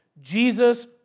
Jesus